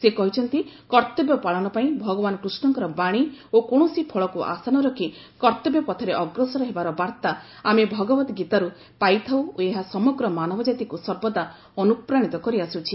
ସେ କହିଛନ୍ତି କର୍ତ୍ତବ୍ୟ ପାଳନ ପାଇଁ ଭଗବାନ କୃଷ୍ଣଙ୍କର ବାଶୀ ଓ କୌଣସି ଫଳକୁ ଆଶା ନ ରଖି କର୍ତ୍ତବ୍ୟପଥରେ ଅଗ୍ରସର ହେବାର ବାର୍ତ୍ତା ଆମେ ଭଗବତ୍ଗୀତାରୁ ପାଇଥାଉ ଓ ଏହା ସମଗ୍ର ମାନବଜାତିକୁ ସର୍ବଦା ଅନୁପ୍ରାଣୀତ କରିଆସୁଛି